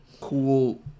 cool